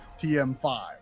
TM5